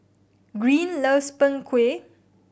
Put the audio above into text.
Greene loves Png Kueh